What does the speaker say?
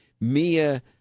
Mia